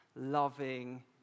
loving